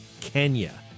Kenya